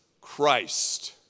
Christ